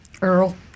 Earl